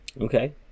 Okay